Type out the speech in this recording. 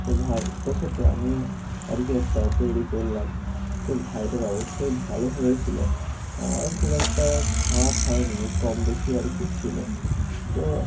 তো ভাইটার সাথে আমিও আর কি একটা তৈরি করলাম তো ভাইটার অবশ্যই ভালো হয়েছিল আমারও খুব একটা খারাপ হয়নি ওই কম বেশি আর কি ছিল তো